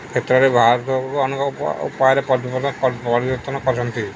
କ୍ଷେତ୍ରରେ ଭାରତ ଓ ଅନେକ ଉପାୟରେ ପରିବର୍ତ୍ତନ କରିଛନ୍ତି